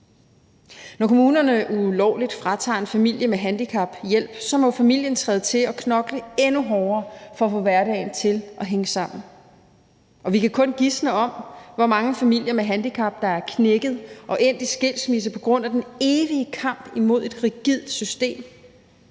Når kommunerne ulovligt fratager en familie med handicap hjælp, må familien træde til og knokle endnu hårdere for at få hverdagen til at hænge sammen. Vi kan kun gisne om, hvor mange familier med handicap, der er knækket og endt i skilsmisse på grund af den evige kamp imod et rigidt system.